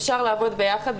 אפשר לעבוד ביחד,